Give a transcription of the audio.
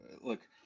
Look